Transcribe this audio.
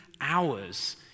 hours